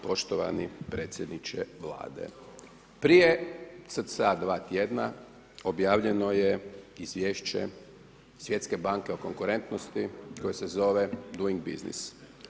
Poštovani predsjedniče Vlade, prije cca. 2 tjedna objavljeno je izvješće Svjetske banke o konkurentnosti koje se zove doing busniess.